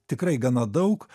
tikrai gana daug